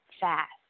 fast